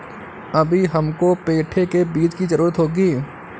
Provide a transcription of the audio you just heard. अभी हमको पेठे के बीज की जरूरत होगी